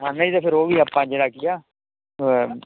ਨਹੀਂ ਤਾਂ ਫੇਰ ਉਹ ਵੀ ਆਪਾਂ ਜਿਹੜਾ ਕੀ ਆ